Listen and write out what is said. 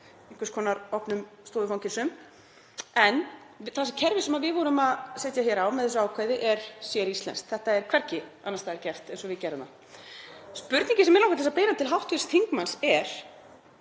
einhvers konar opnum stofufangelsum. En það kerfi sem við vorum að setja á með þessu ákvæði er séríslenskt. Þetta er hvergi annars staðar gert eins og við gerðum það. Spurningin sem mig langar að beina til hv. þingmanns er